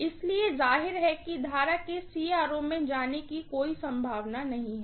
इसलिए जाहिर है कि करंट के CRO में जाने की कोई संभावना नहीं है